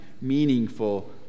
meaningful